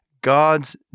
God's